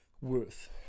worth